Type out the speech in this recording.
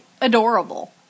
adorable